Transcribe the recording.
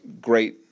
great